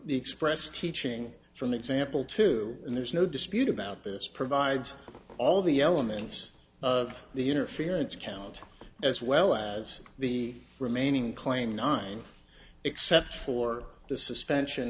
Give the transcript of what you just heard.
the express teaching from example two and there's no dispute about this provides all the elements of the interference count as well as the remaining claim nine except for the suspension